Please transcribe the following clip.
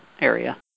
area